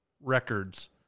records